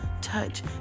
touch